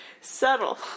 Subtle